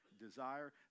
desire